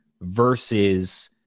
versus